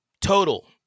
total